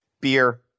Beer